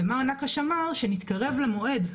ומר נקש אמר שכאשר נתקרב למועד,